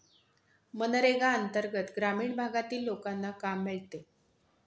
मनरेगा अंतर्गत ग्रामीण भागातील लोकांना काम मिळते